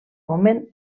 moment